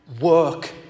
work